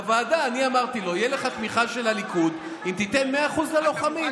בוועדה אני אמרתי לו: תהיה לך תמיכה של הליכוד אם תיתן 100% ללוחמים.